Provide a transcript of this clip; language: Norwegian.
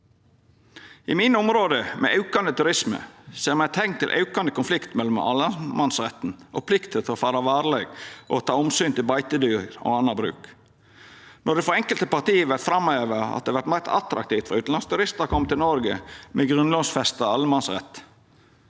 I mine område, med aukande turisme, ser me teikn til aukande konflikt mellom allemannsretten og plikta til å fara varleg og ta omsyn til beitedyr og anna bruk. Når det frå enkelte parti vert framheva at det vert meir attraktivt for utanlandske turistar å koma til Noreg med grunnlovfesta allemannsrett,